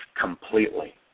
completely